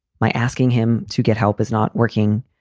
my asking him to get help is not working.